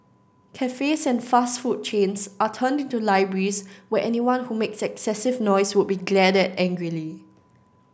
cafes and fast food chains are turned into libraries where anyone who makes excessive noise would be glared at angrily